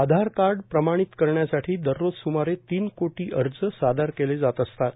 आधारकार्ड प्रमाणित करण्यासाठी दररोज सुमारे तीन कोटी अर्ज सादर केले जात असतात